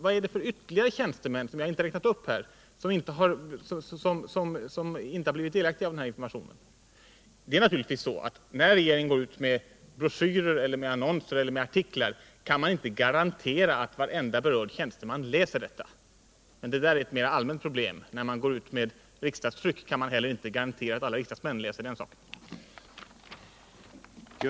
Vad är det för ytterligare tjänstemän som jag inte räknade upp här och som inte blivit delaktiga av informationen? Det är naturligtvis så att när regeringen går ut med broschyrer, annonser eller artiklar kan man inte garantera att varenda berörd tjänsteman läser informationen. Men detta är ett mera allmänt problem. När man går ut med riksdagstryck kan man inte heller garantera att alla riksdagsmän läser det.